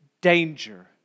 danger